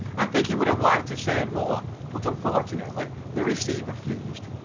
i think he would have liked to say more, but unfortunately the receiver fused.